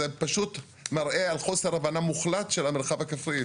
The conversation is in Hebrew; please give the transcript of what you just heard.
זה פשוט מראה על חוסר הבנה מוחלט של המרחב הכפרי,